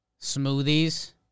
Smoothies